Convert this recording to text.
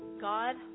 God